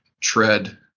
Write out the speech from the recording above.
tread